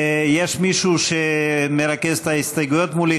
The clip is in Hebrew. יש מישהו שמרכז את ההסתייגויות מולי?